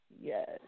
Yes